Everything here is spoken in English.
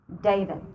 David